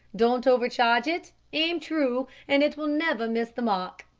don't overcharge it, aim true, and it will never miss the mark.